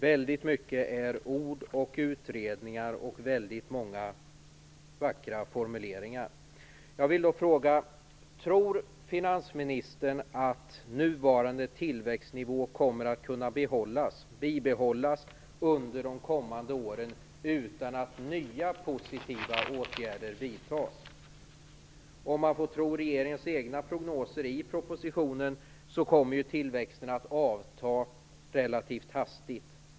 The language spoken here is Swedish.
Väldigt mycket är bara ord och vackra formuleringar och hänvisningar till utredningar. Jag vill fråga: Tror finansministern att nuvarande tillväxtnivå kommer att kunna bibehållas under de kommande åren utan att nya positiva åtgärder vidtas? Om man får tro regeringens egna prognoser i propositionen, kommer tillväxten att avta relativt hastigt.